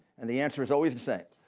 and the answer is always the same.